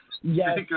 Yes